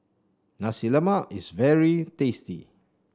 Nasi Lemak is very tasty